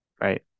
right